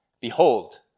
Behold